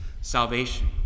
salvation